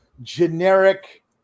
generic